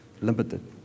limited